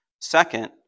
Second